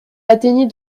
atteignit